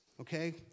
okay